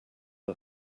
are